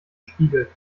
spiegel